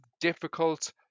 difficult